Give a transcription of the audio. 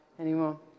anymore